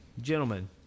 gentlemen